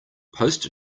post